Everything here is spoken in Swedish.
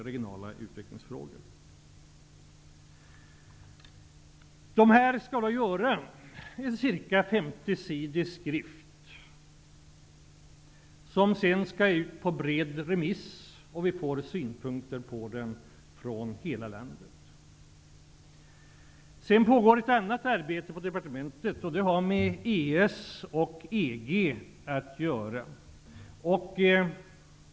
Den skall sedan ut på bred remiss, och vi skall få synpunkter på den från hela landet. Det pågår också annat arbete på departementet. Det har med EES och EG att göra.